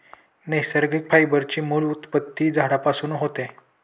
नैसर्गिक फायबर ची मूळ उत्पत्ती झाडांपासून होते